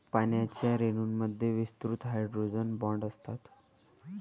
पाण्याच्या रेणूंमध्ये विस्तृत हायड्रोजन बॉण्ड असतात